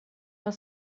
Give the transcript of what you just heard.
vad